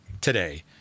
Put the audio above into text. today